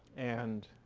and